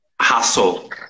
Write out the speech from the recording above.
hustle